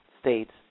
states